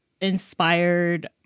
inspired